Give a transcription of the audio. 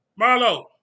Marlo